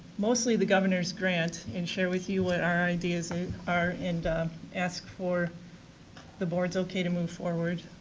mostly the governor's grant and share with you what our ideas are and ask for the board's okay to move forward.